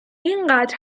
اینقدر